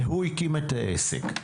והוא הקים את העסק.